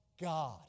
God